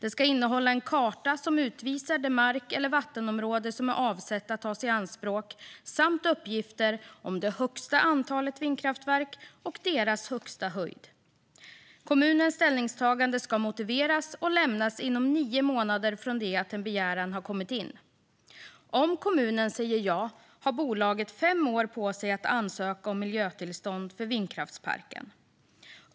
En karta ska utvisa det mark eller vattenområde som är avsett att tas i anspråk och uppgifter om maximalt antal vindkraftverk och deras högsta höjd ska framgå. Kommunens ställningstagande ska motiveras och lämnas inom nio månader från det att en begäran har kommit in. Om kommunen säger ja har bolaget fem år på sig att ansöka om miljötillstånd för vindkraftsparken.